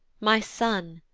my son,